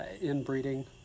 inbreeding